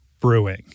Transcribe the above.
Brewing